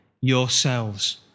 yourselves